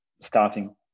starting